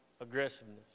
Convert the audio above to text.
aggressiveness